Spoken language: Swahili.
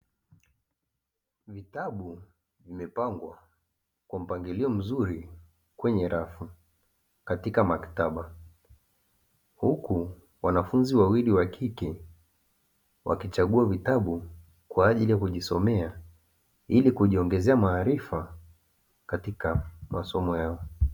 Vitabu vimepangwa kwa mpangilio mzuri kwenye rafu katika maktaba, huku wanafunzi wawili wakike wakichagua vitabu kwa ajili ya kujisomea ili kujiongezea maarifa katika masomo yao.